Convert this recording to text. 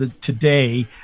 today